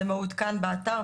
זה מעודכן באתר.